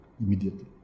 immediately